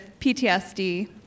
PTSD